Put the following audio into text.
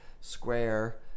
square